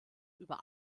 über